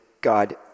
God